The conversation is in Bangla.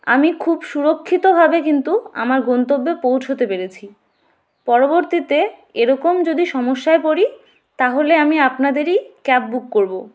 আমি খুব সুরক্ষিতভাবে কিন্তু আমার গন্তব্যে পৌঁছোতে পেরেছি পরবর্তীতে এরকম যদি সমস্যায় পড়ি তাহলে আমি আপনাদেরই ক্যাব বুক করবো